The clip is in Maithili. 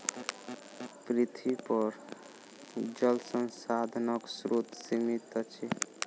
पृथ्वीपर जल संसाधनक स्रोत सीमित अछि